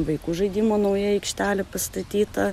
vaikų žaidimo nauja aikštelė pastatyta